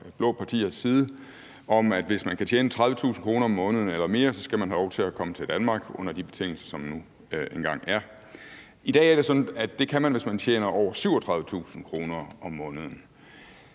blå partiers side om, at hvis man kan tjene 30.000 kr. om måneden eller mere, skal man have lov til at komme til Danmark under de betingelser, som der nu engang er. I dag er det sådan, at det kan man, hvis man tjener over 37.000 kr. om måneden.